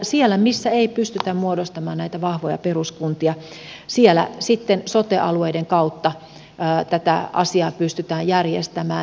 siellä missä ei pystytä muodostamaan näitä vahvoja peruskuntia sitten sote alueiden kautta tätä asiaa pystytään järjestämään